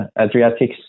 Adriatic